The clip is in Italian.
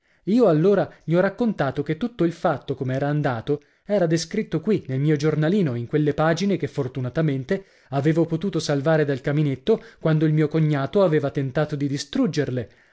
io allora gli ho raccontato che tutto il fatto com'era andato era descritto qui nel mio giornalino in quelle pagine che fortunatamente avevo potuto salvare dal caminetto quando il mio cognato aveva tentato di distruggerle